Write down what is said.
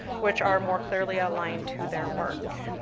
which are more clearly aligned to their work.